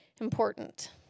important